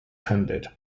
handed